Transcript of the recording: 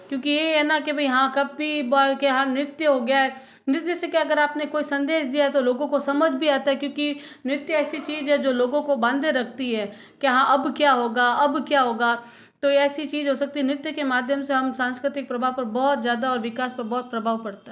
क्योंकि यही है ना की भाई हाँ कभी कभार के हाँ नृत्य हो गया है नृत्य से क्या करा आपने कोई संदेश दिया है तो लोगों को समझ भी आता है क्योंकि नृत्य ऐसी चीज है जो लोगों को बांधे रखती है कि हाँ अब क्या होगा अब क्या होगा तो ऐसी चीज हो सकती है नृत्य के माध्यम से हम सांस्कृतिक प्रभाव को बहुत ज़्यादा और विकास पर बहुत प्रभाव पड़ता है